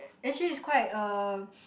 actually it's quite a